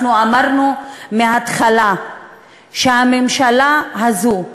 אנחנו אמרנו מההתחלה שהממשלה הזו,